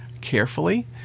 carefully